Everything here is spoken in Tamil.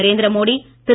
நரேந்திர மோடி திரு